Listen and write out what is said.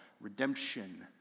redemption